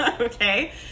okay